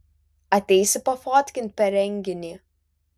ateisi pafotkint per renginį